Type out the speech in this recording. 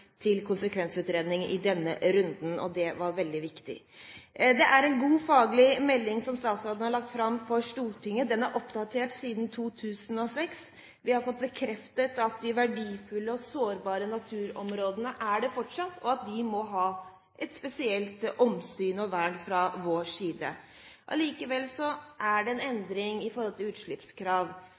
til konsekvensutredning i denne runden, og det var veldig viktig. Det er en god faglig melding statsråden har lagt fram for Stortinget. Den er oppdatert siden 2006. Vi har fått bekreftet at de verdifulle og sårbare naturområdene fortsatt er det, og at de må ha et spesielt omsyn og vern fra vår side. Allikevel er det en endring i forhold til utslippskrav.